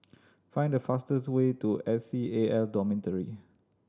find the fastest way to S C A L Dormitory